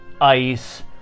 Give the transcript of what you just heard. ice